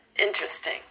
Interesting